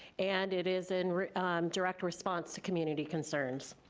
and it is in direct response to community concerns.